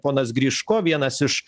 ponas griško vienas iš